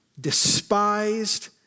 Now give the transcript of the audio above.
despised